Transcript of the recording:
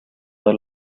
del